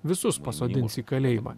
visus pasodins į kalėjimą